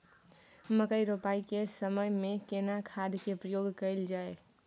मकई रोपाई के समय में केना खाद के प्रयोग कैल जाय?